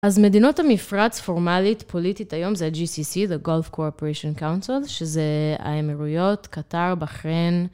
אז מדינות המפרץ, פורמלית, פוליטית היום, זה ה-GCC, The Gulf Cooperation Council, שזה האמירויות, קטאר, בחריין.